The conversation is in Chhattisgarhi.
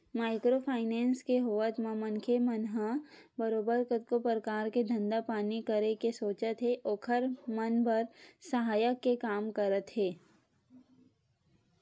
माइक्रो फायनेंस के होवत म मनखे मन ह बरोबर कतको परकार के धंधा पानी करे के सोचत हे ओखर मन बर सहायक के काम करत हे